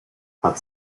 had